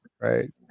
right